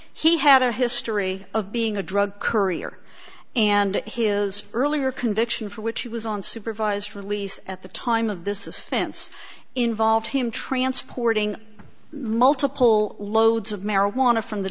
he had a history of being a drug courier and his earlier conviction for which he was on supervised release at the time of this offense involved him transporting multiple loads of marijuana from the